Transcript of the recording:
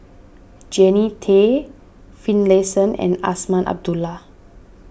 Jannie Tay Finlayson and Azman Abdullah